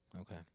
Okay